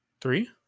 Three